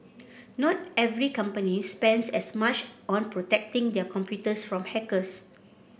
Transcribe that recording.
not every company spends as much on protecting their computers from hackers